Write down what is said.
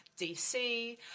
DC